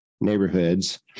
neighborhoods